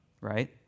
right